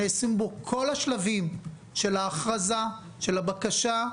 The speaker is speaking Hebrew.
נעשים בו כל השלבים של ההכרזה, של הבקשה,